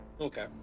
Okay